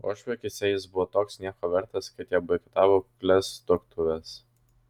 uošvių akyse jis buvo toks nieko vertas kad jie boikotavo kuklias tuoktuves